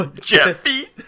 Jeffy